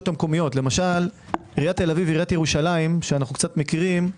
המקומיות למשל עיריית תל אביב ועיריית ירושלים שאנו קצת מכירים,